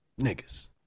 Niggas